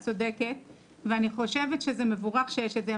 את צודקת ואני חושבת שזה מבורך שיש את זה.